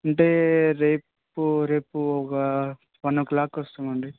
అంటే రేపు రేపు ఒక వన్ ఓ క్లాక్కి వస్తాము అండి